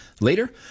Later